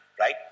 Right